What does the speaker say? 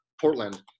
Portland